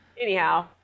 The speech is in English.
anyhow